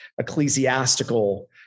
ecclesiastical